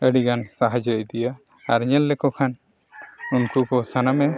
ᱟᱹᱰᱤ ᱜᱟᱱ ᱥᱟᱦᱟᱡᱽᱡᱚᱭ ᱤᱫᱤᱭᱟ ᱟᱨ ᱧᱮᱞ ᱞᱮᱠᱚ ᱠᱷᱟᱱ ᱩᱱᱠᱩ ᱠᱚ ᱥᱟᱱᱟᱢᱮ